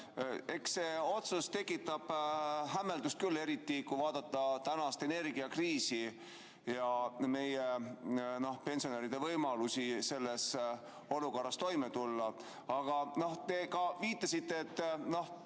Eks see otsus tekitab hämmeldust küll, eriti kui vaadata tänast energiakriisi ja meie pensionäride võimalusi selles olukorras toime tulla. Aga te viitasite, et